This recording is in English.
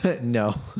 No